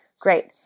Great